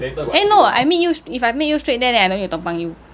eh no I meet you if I meet you straight there then I don't need tumpang you